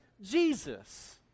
Jesus